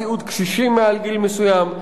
סיעוד קשישים מעל גיל מסוים,